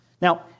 Now